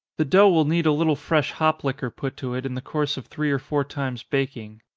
the dough will need a little fresh hop liquor put to it, in the course of three or four times baking.